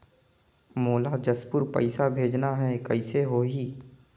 मोला जशपुर पइसा भेजना हैं, कइसे होही?